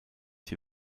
die